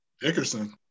Dickerson